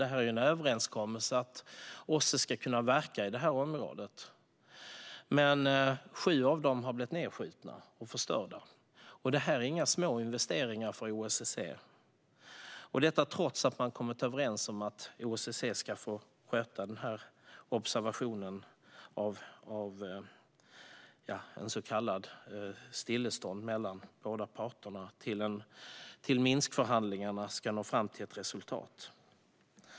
Det finns ju en överenskommelse om att OSSE ska kunna verka i detta område, men sju av dem har blivit nedskjutna och förstörda. Detta är inga små investeringar för OSSE, och det här sker alltså trots en överenskommelse om att OSSE ska få sköta observationen av ett så kallat stillestånd mellan parterna till dess att Minskförhandlingarna når fram till ett resultat.